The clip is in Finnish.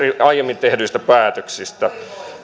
aiemmin tehdyistä päätöksistä